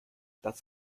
das